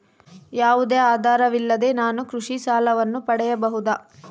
ಯಾವುದೇ ಆಧಾರವಿಲ್ಲದೆ ನಾನು ಕೃಷಿ ಸಾಲವನ್ನು ಪಡೆಯಬಹುದಾ?